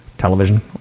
television